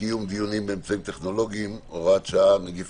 קיום דיונים באמצעים טכנולוגיים (הוראה שעה - נגיף